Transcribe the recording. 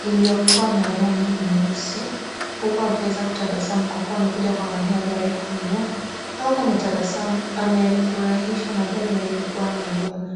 iliyokuwa na rangi nyeusi huku akiweza kutabasamu kwakuwa amekuja kuangalia gari ya kununua nahuku ameweza kufurahishwa na gari aliyokuwa anaiona.